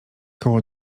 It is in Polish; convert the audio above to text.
koło